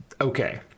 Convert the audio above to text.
okay